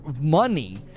money